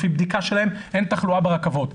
לפי בדיקה שלהם אין תחלואה ברכבות.